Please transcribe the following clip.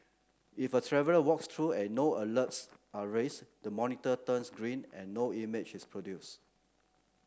if a traveller walks through and no alerts are raised the monitor turns green and no image is produced